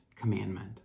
commandment